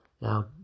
Now